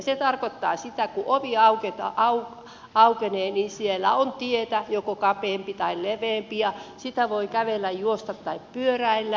se tarkoittaa sitä että kun ovi aukenee niin siellä on tie joko kapeampi tai leveämpi ja sitä voi kävellä juosta tai pyöräillä